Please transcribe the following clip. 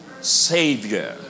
Savior